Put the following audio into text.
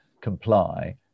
Comply